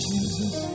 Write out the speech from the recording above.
Jesus